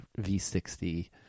V60